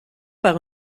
par